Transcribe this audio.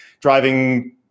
driving